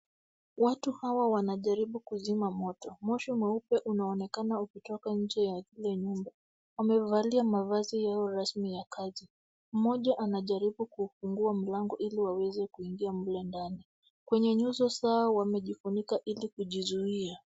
Watu hawa wanajaribu kuzima moto. Moshi mweupe unaonekana ukitoka nje ya ile nyumba. Wamevalia mavazi yao rasmi ya kazi. Mmoja anajaribu kuufungua mlango ili waweze kuingia mle ndani. Kwenye nyuso zao wamejifunika ili kujizuia.